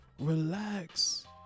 relax